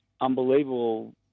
unbelievable